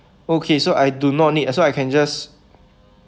okay so I do not need uh so I can just